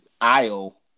aisle